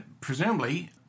presumably